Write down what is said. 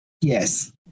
yes